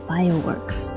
Fireworks